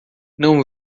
não